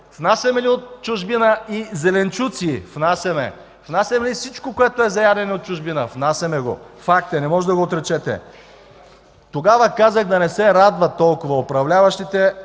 Внасяме ли от чужбина и зеленчуци? Внасяме! Внасяме ли от чужбина всичко, което е за ядене? Внасяме го. Факт е! Не може да го отречете. Тогава казах да не се радват толкова управляващите,